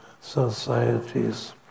societies